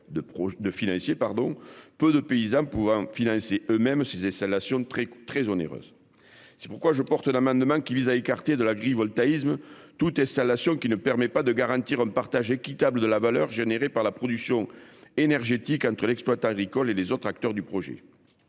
des porteurs, peu de paysans pouvant assumer eux-mêmes le coût de ces installations très onéreuses. C'est pourquoi je défendrai un amendement qui vise à écarter de l'agrivoltaïsme toute installation qui ne permettrait pas de garantir « un partage équitable de la valeur générée par la production énergétique entre l'exploitant agricole et les autres acteurs du projet